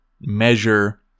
measure